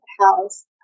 house